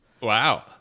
Wow